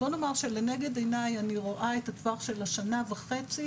לנגד עיניי אני רואה את הטווח של השנה וחצי